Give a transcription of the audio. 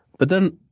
but then,